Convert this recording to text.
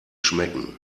schmecken